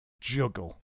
juggle